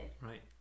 Right